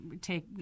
take